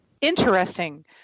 interesting